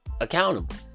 accountable